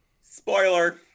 Spoiler